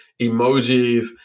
emojis